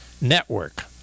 Network